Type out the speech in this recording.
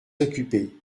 occupée